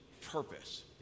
purpose